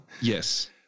Yes